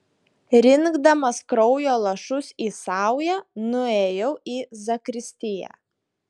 rinkdamas kraujo lašus į saują nuėjau į zakristiją